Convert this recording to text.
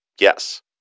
Yes